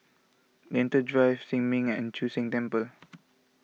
Lentor Drive Sin Ming and Chu Sheng Temple